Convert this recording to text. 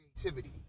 creativity